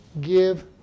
give